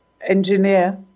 engineer